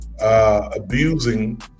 Abusing